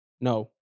No